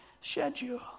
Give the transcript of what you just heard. schedule